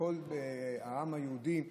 לכל העם היהודי,